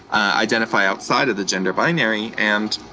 identify outside of the gender binary. and